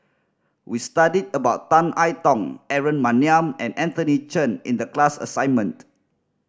we studied about Tan I Tong Aaron Maniam and Anthony Chen in the class assignment